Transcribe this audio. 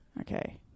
Okay